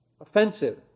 offensive